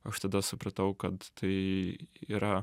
aš tada supratau kad tai yra